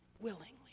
willingly